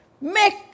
Make